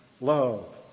love